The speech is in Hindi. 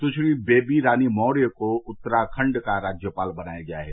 सुश्री बेबी रानी मौर्य को उत्तराखंड का राज्यपाल बनाया गया है